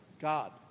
God